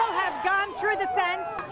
have gotten through the fence,